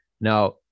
now